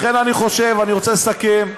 לכן, אני רוצה לסכם.